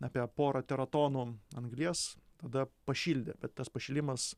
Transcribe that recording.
apie porą tera tonų anglies tada pašildė bet tas pašilimas